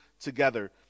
together